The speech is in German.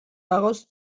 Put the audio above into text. daraus